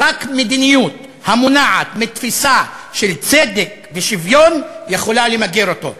רק מדיניות המונעת מתפיסה של צדק ושוויון יכולה למגר אותו.